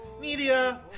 Media